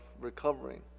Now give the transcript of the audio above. recovering